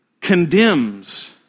condemns